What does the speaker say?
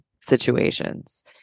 situations